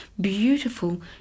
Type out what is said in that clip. beautiful